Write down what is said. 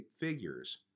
figures